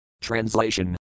Translation